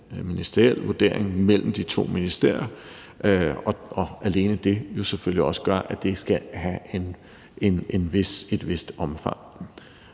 ministeriel vurdering mellem de to ministerier. Alene det gør jo selvfølgelig også, at det skal have et vist omfang.